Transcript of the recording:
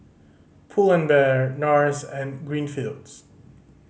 Pull and Bear Nars and Greenfields